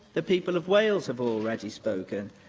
the people of wales have already spoken.